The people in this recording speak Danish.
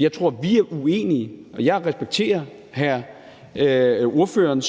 Jeg tror, at vi er uenige, og jeg respekterer ordførerens